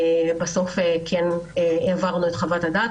בסוף העברנו את חוות הדעת.